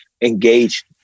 engage